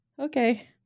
Okay